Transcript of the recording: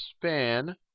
span